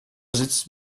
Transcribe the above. sitzt